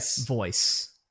voice